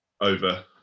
over